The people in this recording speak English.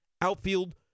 Outfield